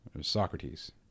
Socrates